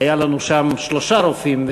היו לנו שם שלושה רופאים,